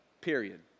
Period